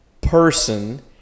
person